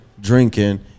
drinking